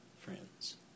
friends